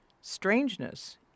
strangeness